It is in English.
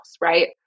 right